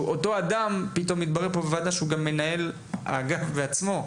שהוא אותו אדם שמנהל את האגף בעצמו,